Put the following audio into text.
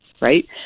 right